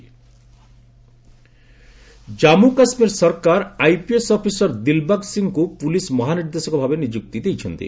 J and K DGP Jammu Kashmir ସରକାର IPS officer Dilbag ସିଂହଙ୍କୁ police ମହାନିର୍ଦ୍ଦେଶକ ଭାବେ ନିଯୁକ୍ତି ଦେଇଛନ୍ତି